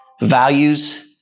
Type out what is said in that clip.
values